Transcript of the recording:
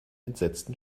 entsetzten